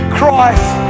Christ